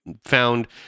found